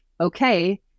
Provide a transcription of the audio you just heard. okay